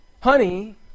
honey